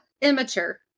Immature